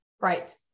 Right